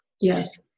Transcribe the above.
yes